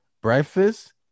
Breakfast